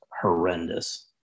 horrendous